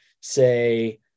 say